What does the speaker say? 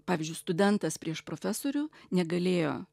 pavyzdžiui studentas prieš profesorių negalėjo